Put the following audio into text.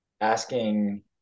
asking